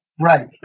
Right